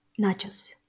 nachos